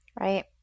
Right